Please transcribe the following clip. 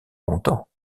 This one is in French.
longtemps